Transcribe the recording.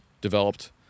developed